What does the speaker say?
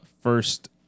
first